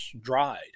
dried